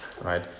right